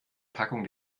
packung